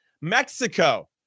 Mexico